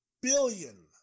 billion